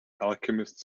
alchemist